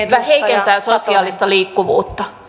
heikentää sosiaalista liikkuvuutta